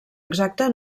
exacta